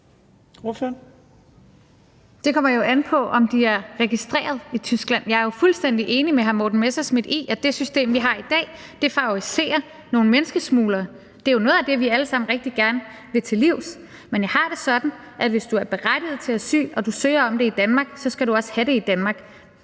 Det kommer jo an på, om de er registreret i Tyskland. Jeg er jo fuldstændig enig med hr. Morten Messerschmidt i, at det system, vi har i dag, favoriserer nogle menneskesmuglere. Det er jo noget af det, vi alle sammen rigtig gerne vil til livs, men jeg har det sådan, at hvis du er berettiget til asyl og du søger om det i Danmark, skal du også have det i Danmark.